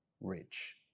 rich